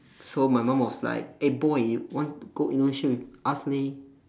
so my mum was like eh boy you want to go indonesia with us leh